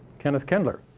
kenneth kendler.